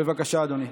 בבקשה, אדוני.